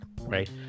right